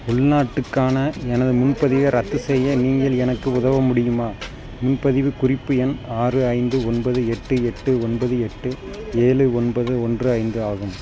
உள்நாட்டுக்கான எனது முன்பதிவை ரத்து செய்ய நீங்கள் எனக்கு உதவ முடியுமா முன்பதிவுக் குறிப்பு எண் ஆறு ஐந்து ஒன்பது எட்டு எட்டு ஒன்பது எட்டு ஏழு ஒன்பது ஒன்று ஐந்து ஆகும்